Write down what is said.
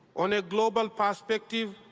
on a global perspective,